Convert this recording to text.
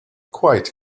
quite